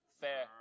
fair